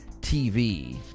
tv